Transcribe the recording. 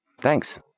Thanks